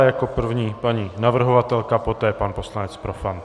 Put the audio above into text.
Jako první paní navrhovatelka, poté pan poslanec Profant.